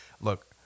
Look